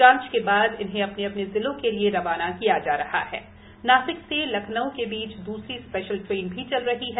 जांच के बाद अपने अपने जिलों के लिए उन्हें रवाना किता जा रहा है नासिक से लखनऊ के बीच दूसरी स्पेशल ट्रेन भी चल रही है